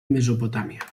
mesopotàmia